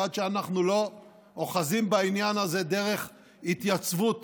ועד שאנחנו לא אוחזים בעניין הזה דרך התייצבות